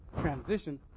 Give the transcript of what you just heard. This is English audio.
transition